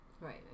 right